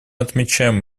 отмечаем